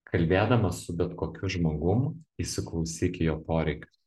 kalbėdamas su bet kokiu žmogum įsiklausyk į jo poreikius